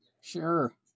Sure